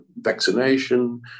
vaccination